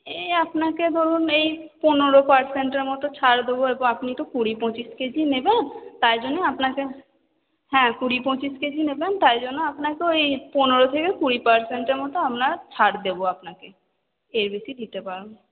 এই আপনাকে ধরুন এই পনেরো পারসেন্টের মত ছাড় দোবো আপনি তো কুড়ি পঁচিশ কেজি নেবেন তাই জন্য আপনাকে হ্যাঁ কুড়ি পঁচিশ কেজি নেবেন তাই জন্য আপনাকে ওই পনেরো থেকে কুড়ি পারসেন্টের মতো আমরা ছাড় দেবো আপনাকে এর বেশী দিতে পারবো